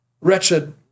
wretched